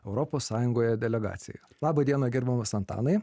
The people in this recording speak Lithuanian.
europos sąjungoje delegacijai laba diena gerbiamas antanai